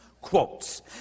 quotes